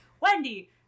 Wendy